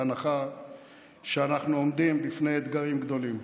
בהנחה שאנחנו עומדים בפני אתגרים גדולים.